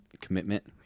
commitment